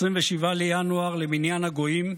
27 בינואר למניין הגויים,